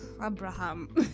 Abraham